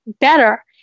better